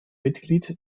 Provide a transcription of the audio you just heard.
mitglied